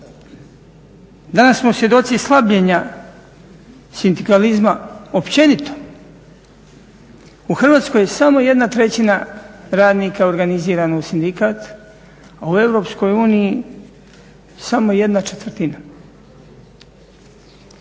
Danas smo svjedoci slabljenja sindikalizma općenito. U Hrvatskoj je samo jedna trećina radnika organizirana u sindikat, a u EU samo jedna četvrtina.